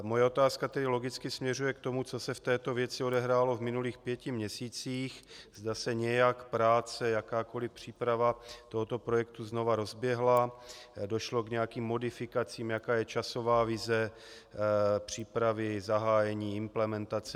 Moje otázka tedy logicky směřuje k tomu, co se v této věci odehrálo v minulých pěti měsících, zda se nějak práce, jakákoliv příprava tohoto projektu znovu rozběhla, došlo k nějakým modifikacím, jaká je časová vize přípravy, zahájení, implementace.